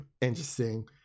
interesting